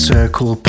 Circle